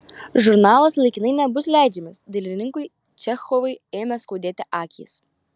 žurnalas laikinai nebus leidžiamas dailininkui čechovui ėmė skaudėti akys